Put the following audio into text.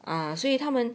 啊所以他们